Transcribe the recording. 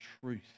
truth